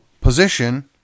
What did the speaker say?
position